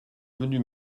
venu